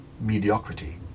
mediocrity